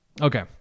Okay